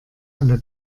alle